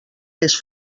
les